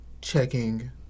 checking